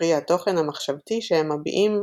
קרי התוכן המחשבתי שהם מביעים,